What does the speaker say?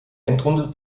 endrunde